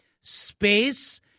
space